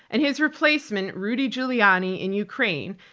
and his replacement, rudy giuliani, in ukraine,